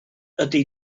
ydy